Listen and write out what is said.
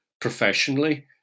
professionally